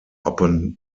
upon